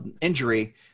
injury